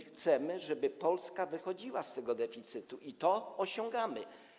Chcemy, żeby Polska wychodziła z tego deficytu, i to osiągamy.